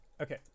Okay